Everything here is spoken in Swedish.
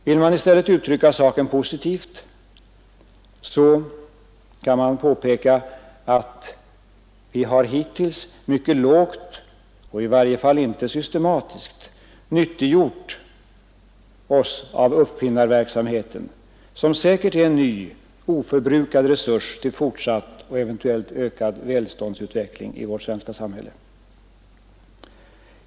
Vill man i stället uttrycka saken positivt, kan man påpeka att vi hittills mycket lågt — och i varje fall inte systematiskt — nyttiggjort oss uppfinnarverksamheten, vilken säkert är en ny, oförbrukad resurs till fortsatt och eventuellt ökad välståndsutveckling i vårt svenska samhälle.